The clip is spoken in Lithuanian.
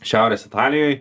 šiaurės italijoj